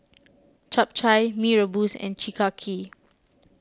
Chap Chai Mee Rebus and Chi Kak Kuih